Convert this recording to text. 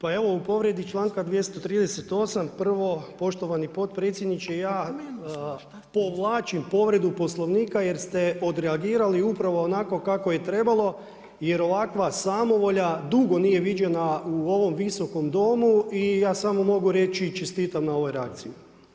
Pa evo, u povredi članka 238. prvo poštovani potpredsjedniče, ja povlačim povredu Poslovnika, jer ste odreagirati upravo onako kako je trebalo, jer ovakva samovolja dugo nije viđena u ovom Visokom domu i ja sam mogu reći čestitam na ovom reakciji.